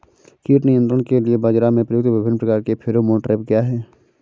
कीट नियंत्रण के लिए बाजरा में प्रयुक्त विभिन्न प्रकार के फेरोमोन ट्रैप क्या है?